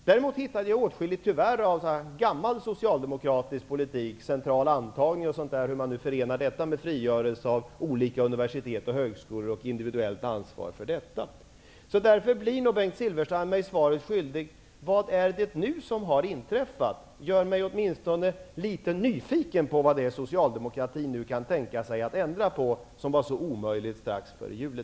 Däremot hittade jag tyvärr åtskilligt av gammal socialdemokratisk politik, t.ex. central antagning och sådant -- hur man nu förenar detta med frigörelse av olika universitet och högskolor och individuellt ansvar för detta. Därför blir nog Bengt Silfverstrand mig svaret skyldig på frågan vad som nu har inträffat. Gör mig åtminstone litet nyfiken på vad socialdemokratin nu kan tänka sig att ändra på men som var så omöjligt strax före jul!